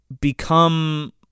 become